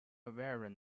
variant